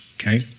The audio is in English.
okay